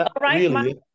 right